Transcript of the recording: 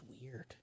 weird